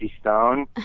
Stone